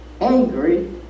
angry